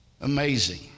Amazing